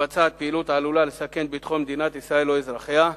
מתבצעת פעילות שעלולה לסכן את ביטחון מדינת ישראל או אזרחיה,